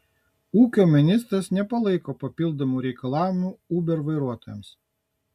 ūkio ministras nepalaiko papildomų reikalavimų uber vairuotojams